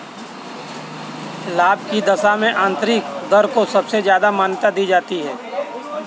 लाभ की दशा में आन्तरिक दर को सबसे ज्यादा मान्यता दी जाती है